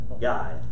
guy